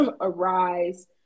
arise